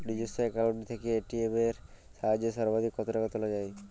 নিজস্ব অ্যাকাউন্ট থেকে এ.টি.এম এর সাহায্যে সর্বাধিক কতো টাকা তোলা যায়?